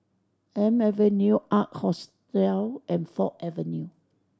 Elm Avenue Ark Hostel and Ford Avenue